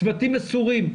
צוותים מסורים.